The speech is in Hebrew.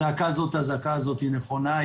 הזעקה הזו היא נכונה,